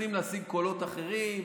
מנסים להשיג קולות אחרים,